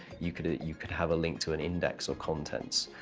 you could you could have a link to an index or contents.